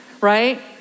right